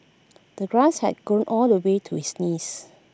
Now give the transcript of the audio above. the grass had grown all the way to his knees